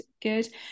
good